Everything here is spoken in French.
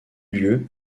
lieu